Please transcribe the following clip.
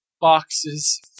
boxes